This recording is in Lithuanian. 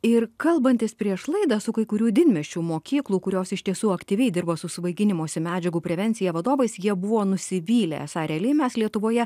ir kalbantis prieš laidą su kai kurių didmiesčių mokyklų kurios iš tiesų aktyviai dirba su svaiginimosi medžiagų prevencija vadovais jie buvo nusivylę esą realiai mes lietuvoje